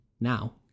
now